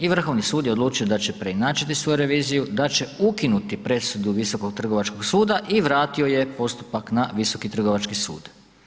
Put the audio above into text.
I Vrhovni sud je odlučio da će preinačiti svoju reviziju, da će ukinuti presudu Visokog trgovačkog suda i vratio je postupak na Visoki trgovački sud.